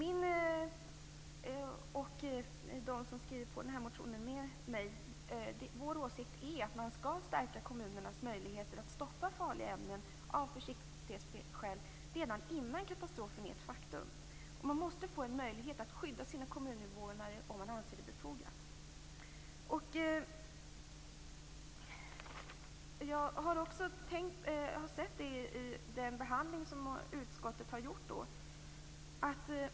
Min och mina medmotionärers åsikt är att man skall stärka kommunernas möjligheter att av försiktighetsskäl stoppa farliga ämnen redan innan katastrofen är ett faktum. Kommunerna måste få en möjlighet att skydda sina kommuninvånare om man anser det befogat.